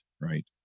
right